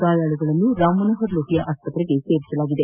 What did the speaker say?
ಗಾಯಾಳುಗಳನ್ನು ರಾಮ್ ಮನೋಹರ್ ಲೋಹಿಯಾ ಆಸ್ಪತ್ರೆಗೆ ದಾಖಲಿಸಲಾಗಿದೆ